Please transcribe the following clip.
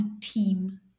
team